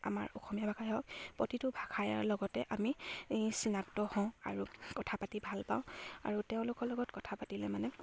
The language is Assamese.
আমাৰ অসমীয়া ভাষাই হওক প্ৰতিটো ভাষাৰ লগতে আমি চিনাক্ত হওঁ আৰু কথা পাতি ভাল পাওঁ আৰু তেওঁলোকৰ লগত কথা পাতিলে মানে